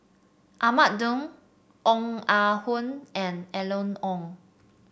Ahmad Daud Ong Ah Hoi and Eleanor Wong